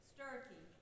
Sturkey